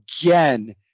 again